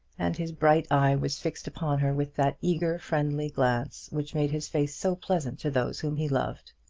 and his bright eye was fixed upon her with that eager friendly glance which made his face so pleasant to those whom he loved.